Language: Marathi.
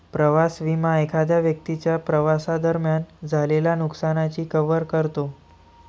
प्रवास विमा एखाद्या व्यक्तीच्या प्रवासादरम्यान झालेल्या नुकसानाची कव्हर करतो